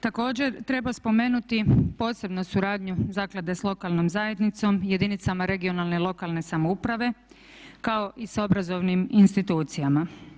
Također treba spomenuti posebno suradnju zaklade sa lokalnom zajednicom, jedinicama regionalne i lokalne samouprave kao i sa obrazovnim institucijama.